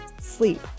sleep